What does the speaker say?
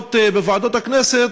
בישיבות בוועדות הכנסת,